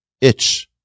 itch